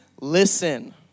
Listen